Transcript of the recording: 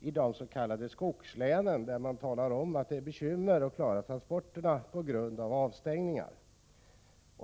i de s.k. skogslänen, där man talar om att det är bekymmer med att klara transporterna på grund av avstängningar.